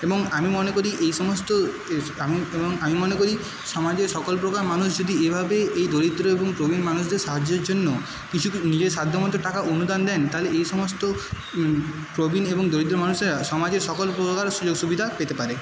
এবং আমি মনে করি এই সমস্ত আমি এবং আমি মনে করি সমাজের সকল প্রকার মানুষ যদি এভাবে এই দরিদ্র এবং প্রবীণ মানুষদের সাহায্যের জন্য কিছু নিজের সাধ্য মতন টাকা অনুদান দেন তাহলে এই সমস্ত প্রবীণ এবং দরিদ্র মানুষেরা সমাজে সকল প্রকারের সুযোগ সুবিধা পেতে পারে